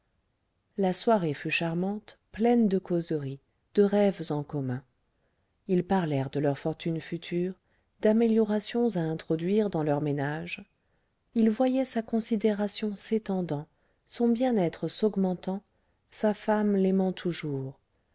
la soirée fut charmante pleine de causeries de rêves en commun ils parlèrent de leur fortune future d'améliorations à introduire dans leur ménage il voyait sa considération s'étendant son bienêtre s'augmentant sa femme l'aimant toujours